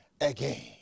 again